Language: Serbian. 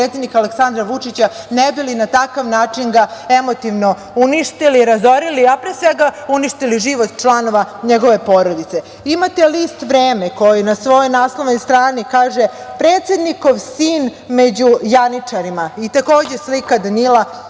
predsednika Aleksandra Vučića, ne bi li ga na takav način emotivno uništili, razorili, a pre svega, uništili život članova njegove porodice. Imate list „Vreme“, koji na svojoj naslovnoj strani kaže – predsednikov sin među janičarima, i takođe slika Danila, sina